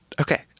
Okay